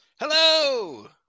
Hello